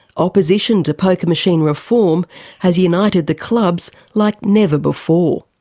opposition to poker machine reform has united the clubs like never before.